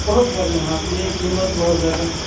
بہت بول رہے ہیں آپ یہ قیمت بہت زیادہ ہے